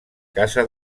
casa